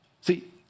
See